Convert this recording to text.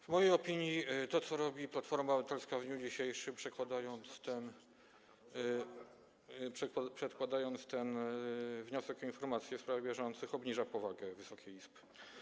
W mojej opinii to, co robi Platforma Obywatelska w dniu dzisiejszym, przedkładając ten wniosek o informację w sprawach bieżących, obniża powagę Wysokiej Izby.